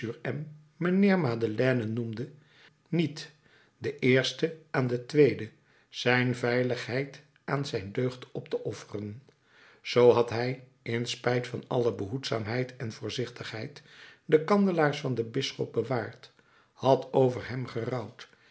noemde niet de eerste aan de tweede zijn veiligheid aan zijn deugd op te offeren zoo had hij in spijt van alle behoedzaamheid en voorzichtigheid de kandelaars van den bisschop bewaard had over hem gerouwd